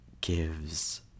gives